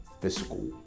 physical